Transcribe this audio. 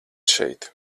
šeit